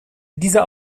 dieser